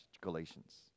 Galatians